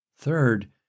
Third